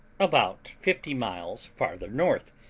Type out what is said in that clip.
about fifty miles farther north,